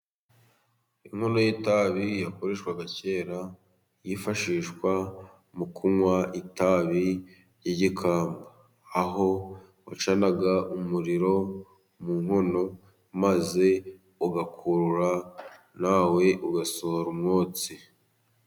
Inkono y'itabi yakoreshwaga kera, yifashishwa mu kunywa itabi ry'igikamba, aho wacanaga umuriro mu nkono maze ugakurura, nawe ugasohora umwotsi.